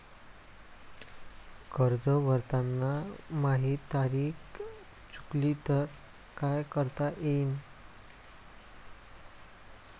कर्ज भरताना माही तारीख चुकली तर मले का करता येईन?